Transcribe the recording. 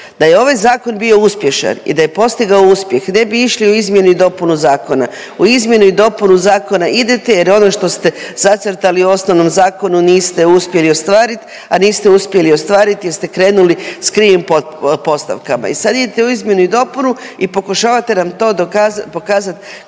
Da je ovaj zakon bio uspješan i da je postigao uspjeh ne bi išli u izmjenu i dopunu zakona. U izmjenu i dopunu zakona idete jer je ono što ste zacrtali u osnovnom zakonu niste uspjeli ostvarit, a niste uspjeli ostvarit jer ste krenuli s krivim postavkama. I sad idete u izmjenu i dopunu i pokušavate nam to dokaza…,